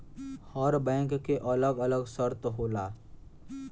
हर bank के अलग अलग शर्त होला